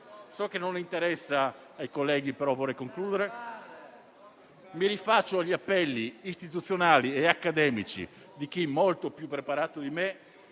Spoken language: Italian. so che non interessa ai colleghi, ma vorrei concludere. Mi rifaccio agli appelli istituzionali e accademici di chi, molto più preparato di me,